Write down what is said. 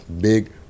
Big